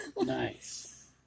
Nice